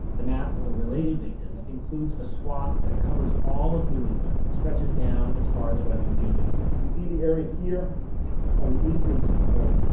the map for the related victims includes a swath that covers all of new england and stretches down as far as west virginia so you can see the area here on the eastern seaboard,